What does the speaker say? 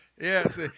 yes